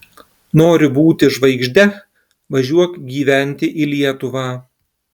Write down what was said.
nori būti žvaigžde važiuok gyventi į lietuvą